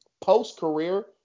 post-career